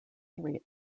three